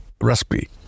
recipe